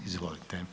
Izvolite.